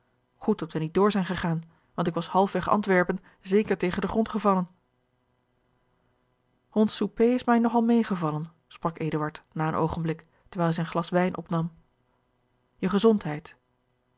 goed dat wij niet door zijn gegaan want ik was halfweg antwerpen zeker tegen den grond gevallen ons souper is mij nog al meêgevallen sprak eduard na een oogenblik terwijl hij zijn glas wijn opnam je gezondheid